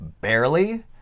barely